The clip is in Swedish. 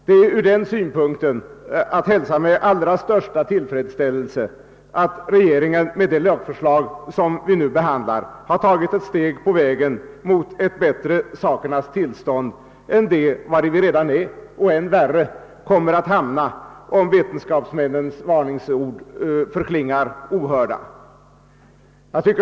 Det är från den synpunkten att hälsa med den allra största tillfredsställelse, att regeringen med det lagförslag som vi nu behandlar har tagit ett steg på vägen mot att förbättra de sakernas tillstånd vari vi redan befinner oss och det än värre, vari vi kommer att hamna om vetenskapsmännens varningsord skulle förklinga ohörda.